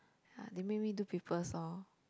ah they make me do papers lor